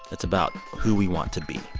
it's about who we want to be.